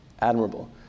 admirable